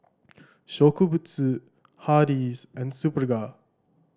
Shokubutsu Hardy's and Superga